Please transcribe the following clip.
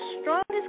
strongest